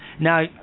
Now